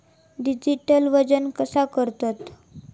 Digital वजन कसा करतत?